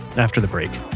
after the break